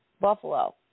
Buffalo